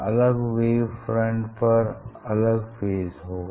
अलग wave front पर अलग फेज होगा